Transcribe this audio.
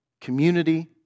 community